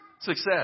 Success